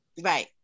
Right